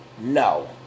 No